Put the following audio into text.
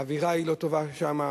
האווירה היא לא טובה שם.